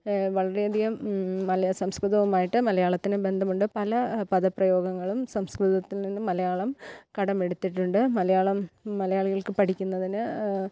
വളരെയധികം മലയ സംസ്കൃതവുമായിട്ട് മലയാളത്തിനു ബന്ധമുണ്ട് പല പദപ്രയോഗങ്ങളും സംസ്കൃതത്തിൽ നിന്നും മലയാളം കടമെടുത്തിട്ടുണ്ട് മലയാളം മലയാളികൾക്കു പഠിക്കുന്നതിന്